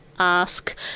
Ask